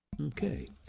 Okay